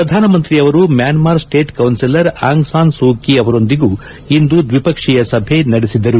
ಪ್ರಧಾನಮಂತ್ರಿ ಅವರು Myanmar state counsellor Aung San Suu Kyi ಅವರೊಂದಿಗೂ ಇಂದು ದ್ವಿಪಕ್ಷೀಯ ಸಭೆ ನಡೆಸಿದರು